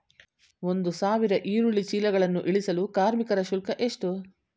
ಒಂದು ಸಾವಿರ ಈರುಳ್ಳಿ ಚೀಲಗಳನ್ನು ಇಳಿಸಲು ಕಾರ್ಮಿಕರ ಶುಲ್ಕ ಎಷ್ಟು?